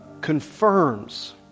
confirms